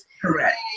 Correct